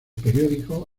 periódico